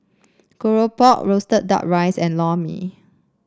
keropok roasted duck rice and Lor Mee